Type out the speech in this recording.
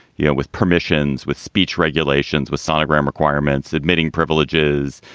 you know, with permissions, with speech regulations, with sonogram requirements, admitting privileges.